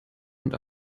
und